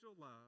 love